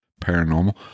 paranormal